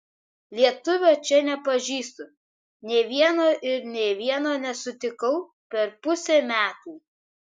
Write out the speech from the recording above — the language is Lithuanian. lietuvio čia nepažįstu nė vieno ir nė vieno nesutikau per pusę metų